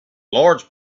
large